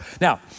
Now